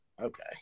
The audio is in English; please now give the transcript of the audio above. Okay